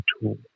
tool